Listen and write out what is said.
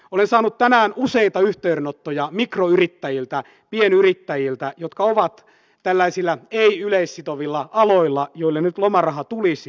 olen saanut tänään useita yhteydenottoja mikroyrittäjiltä pienyrittäjiltä jotka ovat tällaisilla ei yleissitovilla aloilla joille nyt lomaraha tulisi